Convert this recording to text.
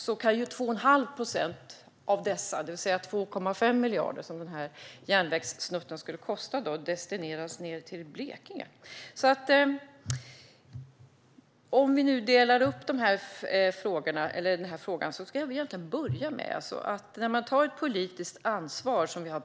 Då kan ju 2 1⁄2 procent av dessa, det vill säga de 2,5 miljarder som den här järnvägssnutten skulle kosta, destineras ned till Blekinge. Vi har tidigare i interpellationsdebatterna talat om att ta politiskt ansvar.